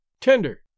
Tender